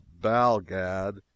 Balgad